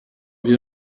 wir